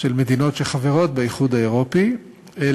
של מדינות שחברות באיחוד האירופי אל